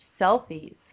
selfies